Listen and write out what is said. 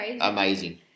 amazing